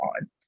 on